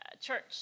church